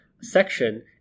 section